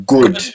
Good